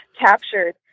captured